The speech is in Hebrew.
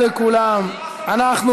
אז לכן היא רוצה,